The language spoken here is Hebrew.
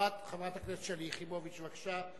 חברת הכנסת שלי יחימוביץ, בבקשה.